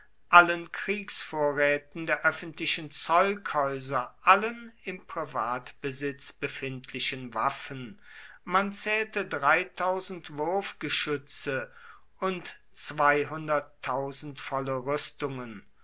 allen kriegsvorräten der öffentlichen zeughäuser allen im privatbesitz befindlichen waffen man zählte wurfgeschütze und rüstungen